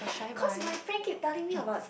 cause my friend keep telling me about